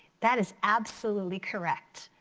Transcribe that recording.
that is absolutely correct.